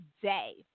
today